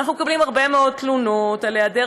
ואנחנו מקבלים הרבה מאוד תלונות על היעדר